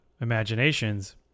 imaginations